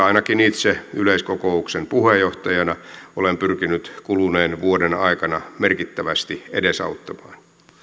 ainakin itse yleiskokouksen puheenjohtajana olen pyrkinyt kuluneen vuoden aikana merkittävästi edesauttamaan